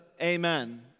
amen